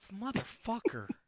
motherfucker